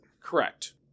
Correct